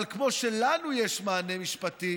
כמו שלנו יש מענה משפטי,